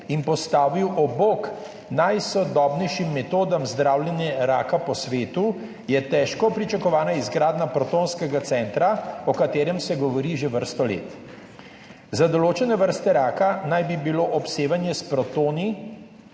in postavil ob bok najsodobnejšim metodam zdravljenja raka po svetu, je težko pričakovana izgradnja protonskega centra, o katerem se govori že vrsto let. Za določene vrste raka naj bi bilo obsevanje s protoni